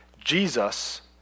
Jesus